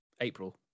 April